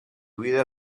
vida